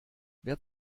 wer